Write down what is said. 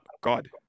God